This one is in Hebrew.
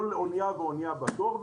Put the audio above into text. אחרי כל אונייה ואונייה בתור,